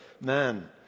man